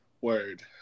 Word